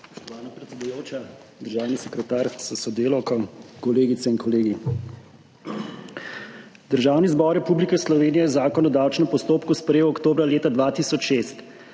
Spoštovana predsedujoča, državni sekretar s sodelavko, kolegice in kolegi! Državni zbor Republike Slovenije je Zakon o davčnem postopku sprejel oktobra leta 2006.